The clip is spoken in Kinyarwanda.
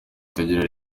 itagira